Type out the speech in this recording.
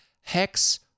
Hex